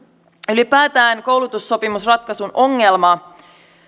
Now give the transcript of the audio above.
ylipäätään koulutussopimusratkaisun ongelma